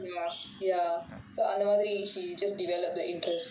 uh ya அந்த மாதிரி:antha maathiri she just develop the interest